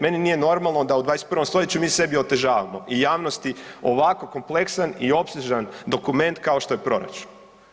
Meni nije normalno da u 21. stoljeću mi sebi otežavamo i javnosti ovako kompleksan i opsežan dokument kao što je proračun.